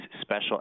special